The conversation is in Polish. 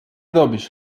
robisz